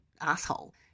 asshole